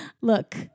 Look